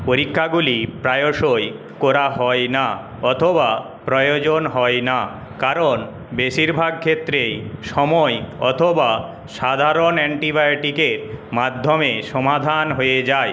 পরীক্ষাগুলি প্রায়শই করা হয় না অথবা প্রয়োজন হয় না কারণ বেশিরভাগ ক্ষেত্রেই সময় অথবা সাধারণ অ্যান্টিবায়োটিকের মাধ্যমে সমাধান হয়ে যায়